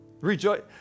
rejoice